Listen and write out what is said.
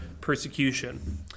persecution